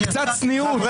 קצת צניעות.